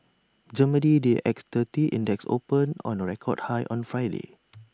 Germany's D A X thirty index opened on A record high on Friday